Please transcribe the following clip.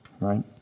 right